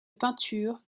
peinture